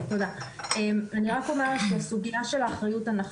רק אומר שהסוגיה של האחריות,